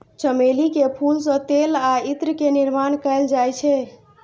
चमेली के फूल सं तेल आ इत्र के निर्माण कैल जाइ छै